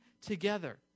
together